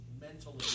mentally